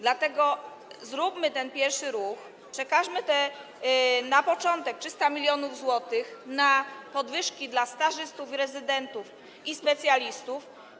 Dlatego zróbmy ten pierwszy ruch, przekażmy na początek 300 mln zł na podwyżki dla stażystów, rezydentów i specjalistów.